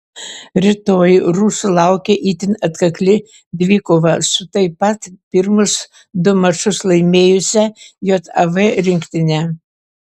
rytoj rusų laukia itin atkakli dvikova su taip pat pirmus du mačus laimėjusia jav rinktine